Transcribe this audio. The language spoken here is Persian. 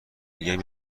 میگم